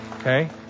okay